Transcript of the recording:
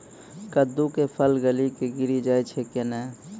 कददु के फल गली कऽ गिरी जाय छै कैने?